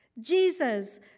Jesus